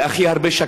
ששכל הכי הרבה,